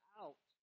out